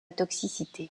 toxicité